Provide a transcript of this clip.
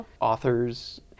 authors